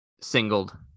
singled